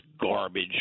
garbage